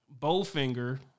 Bowfinger